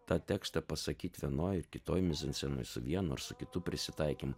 tą tekstą pasakyt vienoj ir kitoj mizanscenoj su vienu ar su kitu prisitaikėm